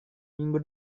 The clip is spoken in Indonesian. minggu